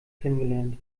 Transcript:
kennengelernt